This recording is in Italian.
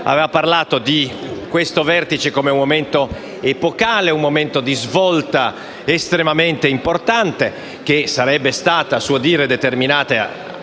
aveva parlato come di un momento epocale, un momento di svolta estremamente importante, che sarebbe stata - a suo dire - determinata anche